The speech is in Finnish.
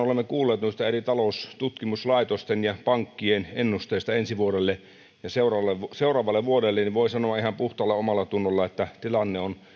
olemme kuulleet noista eri taloustutkimuslaitosten ja pankkien ennusteista ensi vuodelle ja seuraavalle vuodelle ja voin sanoa ihan puhtaalla omallatunnolla tilanne on